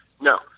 No